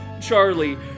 Charlie